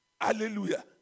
Hallelujah